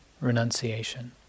renunciation